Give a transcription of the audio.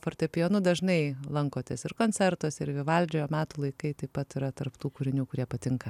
fortepijonu dažnai lankotės ir koncertuose ir vivaldžio metų laikai taip pat yra tarp tų kūrinių kurie patinka